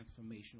transformational